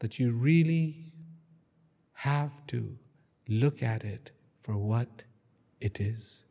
that you really have to look at it for what it is